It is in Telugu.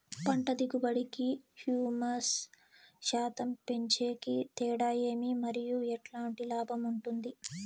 పంట దిగుబడి కి, హ్యూమస్ శాతం పెంచేకి తేడా ఏమి? మరియు ఎట్లాంటి లాభం ఉంటుంది?